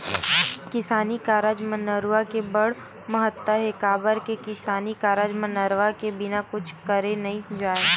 किसानी कारज म नरूवा के बड़ महत्ता हे, काबर के किसानी कारज म नरवा के बिना कुछ करे नइ जाय